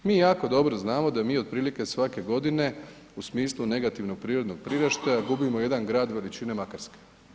Mi jako dobro znamo da mi otprilike svake godine u smislu negativnog prirodnog priraštaja gubimo jedan grad veličine Makarske.